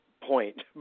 point